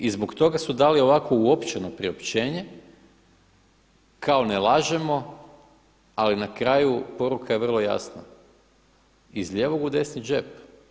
I zbog toga su dali ovakvo uopćeno priopćenje, kao ne lažemo, ali na kraju poruka je vrlo jasna, iz lijevog u desni džep.